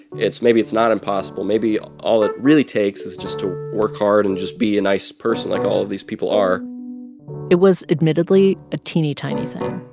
it's maybe it's not impossible. maybe all it really takes is just to work hard and just be a nice person like all of these people are it was admittedly a teeny, tiny thing.